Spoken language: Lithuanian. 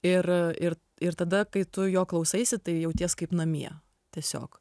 ir ir ir tada kai tu jo klausaisi tai jauties kaip namie tiesiog